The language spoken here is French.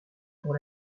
pour